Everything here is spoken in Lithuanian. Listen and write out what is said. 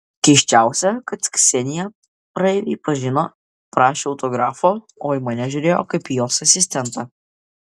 keisčiausia kad kseniją praeiviai pažino prašė autografo o į mane žiūrėjo kaip į jos asistentą